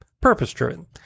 purpose-driven